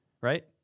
right